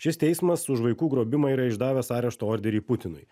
šis teismas už vaikų grobimą yra išdavęs arešto orderį putinui